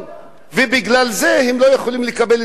ובגלל זה הם לא יכולים לקבל את הטיפול.